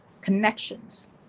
connections